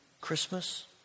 Christmas